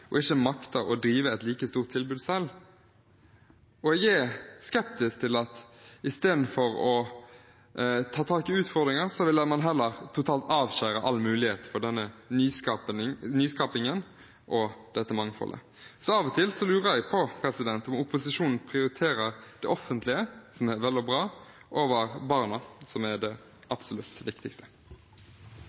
og ikke makter å drive et like stort tilbud selv. Jeg er skeptisk til at istedenfor å ta tak i utfordringer, vil man heller totalt avskjære all mulighet for denne nyskapingen og dette mangfoldet. Så av og til lurer jeg på om opposisjonen prioriterer det offentlige, som er vel og bra, over barna, som er det absolutt viktigste.